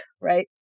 right